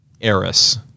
heiress